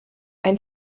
ein